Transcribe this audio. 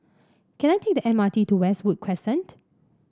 can I take the M R T to Westwood Crescent